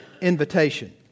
invitation